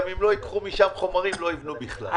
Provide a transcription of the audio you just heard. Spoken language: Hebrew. אם לא ייקחו משם חומרים לא יבנו בכלל.